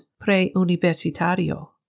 pre-universitario